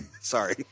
Sorry